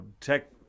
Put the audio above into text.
tech